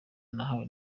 nahawe